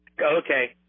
Okay